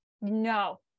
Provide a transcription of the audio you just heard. no